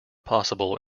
possible